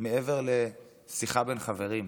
מעבר לשיחה בין חברים.